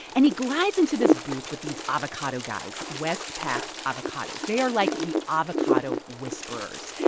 and he glides into this booth with these avocado guys west pak avocados. they are, like, the avocado whisperers.